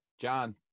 John